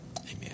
amen